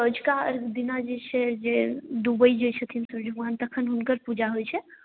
सौझका अर्घ दिना जे छै जे डुबै जे छथिन सूर्य भगवान तखन हुनकर पूजा होइ छै